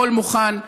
הכול מוכן.